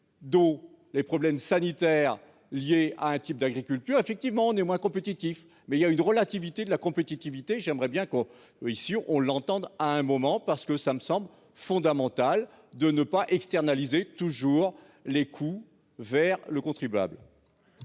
d'eau, les problèmes sanitaires liés à un type d'agriculture, effectivement on est moins compétitif. Mais il y a une relativité de la compétitivité. J'aimerais bien qu'on. Ici on l'entende. À un moment parce que ça me semble fondamental de ne pas externaliser toujours les coûts vers le contribuable.